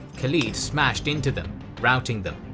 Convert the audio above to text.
khalid smashed into them routing them.